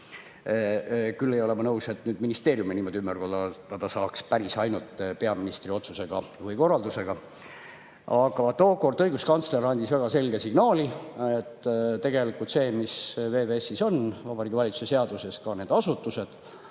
Küll ei ole ma nõus, et saaks ministeeriume niimoodi ümber korraldada päris ainult peaministri otsuse või korraldusega. Aga tookord õiguskantsler andis väga selge signaali, et tegelikult see, mis on VVS‑is, Vabariigi Valitsuse seaduses, ka need asutused,